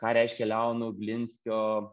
ką reiškia leono glinskio